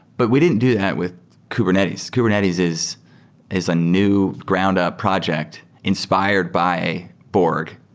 but we didn't do that with kubernetes. kubernetes is is a new ground up project inspired by borg,